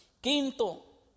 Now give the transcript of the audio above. Quinto